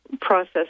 process